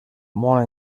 molt